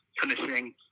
Finishing